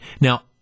Now